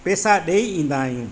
पेसा ॾेई ईंदा आहियूं